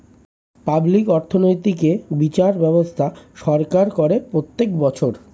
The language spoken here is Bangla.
পাবলিক অর্থনৈতিক এ বিচার ব্যবস্থা সরকার করে প্রত্যেক বছর